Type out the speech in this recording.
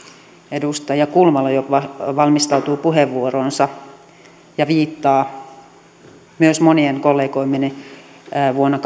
edustaja kulmala jo valmistautuu puheenvuoroonsa ja viittaa myös monien kollegoidemme vuonna